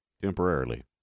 temporarily